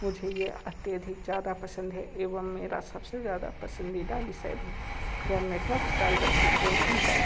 मुझे यह अत्यधिक ज़्यादा पसंद है एवं मेरा सबसे ज़्यादा पसंदीदा विषय भी यह नेटवर्क साइबर सिक्योरिटी है